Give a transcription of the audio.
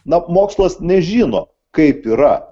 na mokslas nežino kaip yra